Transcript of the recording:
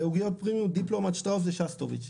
בעוגיות פרמיום שטראוס ושסטוביץ.